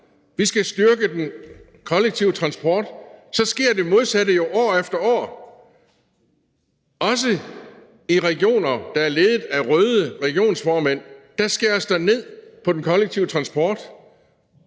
Vi skal styrke den kollektive transport. Men det modsatte sker jo år efter år. Også i regioner, der er ledet af røde regionsformænd, skæres der ned på den kollektive transport,